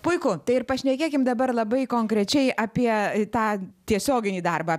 puiku tai ir pašnekėkim dabar labai konkrečiai apie tą tiesioginį darbą